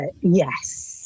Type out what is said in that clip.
Yes